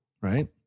right